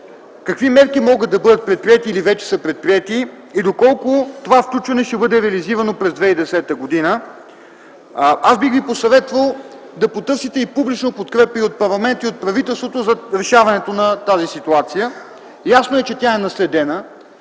какви мерки могат да бъдат предприети или вече са предприети и доколко това включване ще бъде реализирано през 2010 г.? Аз бих Ви посъветвал да потърсите публична подкрепа и от парламента, и от правителството, за решаването на тази ситуация. Ясно е, че тя е наследена,